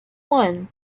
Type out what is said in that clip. one